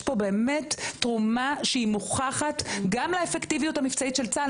יש פה באמת תרומה שהיא מוכחת גם לאפקטיביות המבצעית של צה"ל,